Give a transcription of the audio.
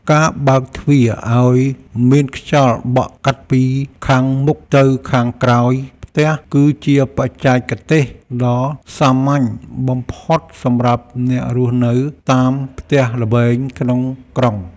ការបើកទ្វារឱ្យមានខ្យល់បក់កាត់ពីខាងមុខទៅខាងក្រោយផ្ទះគឺជាបច្ចេកទេសដ៏សាមញ្ញបំផុតសម្រាប់អ្នករស់នៅតាមផ្ទះល្វែងក្នុងក្រុង។